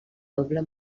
doble